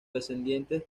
descendientes